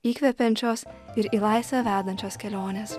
įkvepiančios ir į laisvę vedančios kelionės